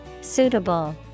suitable